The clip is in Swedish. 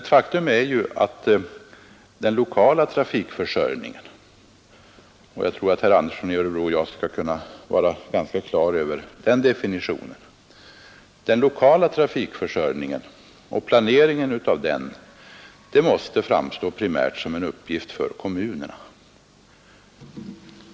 Ett faktum är att den lokala trafikförsörjningen — och jag tror att herr Andersson i Örebro och jag skall kunna vara ganska överens om den definitionen — och dess planering primärt måste framstå som en uppgift för kommunerna.